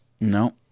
no